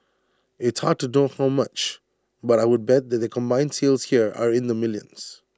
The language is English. it's hard to know how much but I would bet that their combined sales here are in the millions